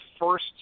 first